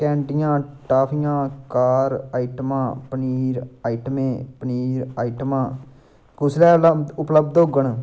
कैंडियां टाफियां कार आइटमां पनीर आइटमें पनीर आइटमां कुसलै लप उपलब्ध होङन